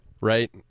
right